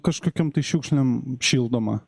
kažkokiom tai šiukšlėm šildoma